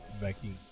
Becky